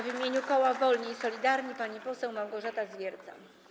W imieniu koła Wolni i Solidarni pani poseł Małgorzata Zwiercan.